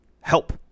help